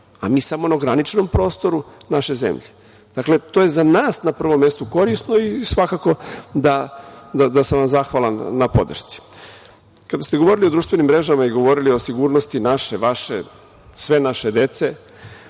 a mi samo na ograničenom prostoru naše zemlje. Dakle, to je za nas na prvom mestu korisno i svakako da sam vam zahvalan na podršci. Kada ste govorili o društvenim mrežama i govorili o sigurnosti naše, vaše, sve naše dece,